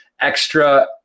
extra